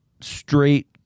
straight